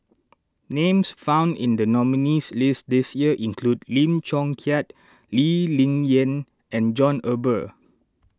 names found in the nominees' list this year include Lim Chong Keat Lee Ling Yen and John Eber